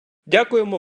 дякуємо